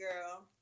girl